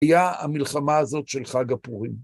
היה המלחמה הזאת של חג הפורים.